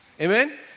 Amen